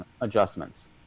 adjustments